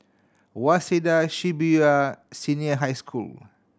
Waseda Shibuya Senior High School